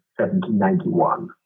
1791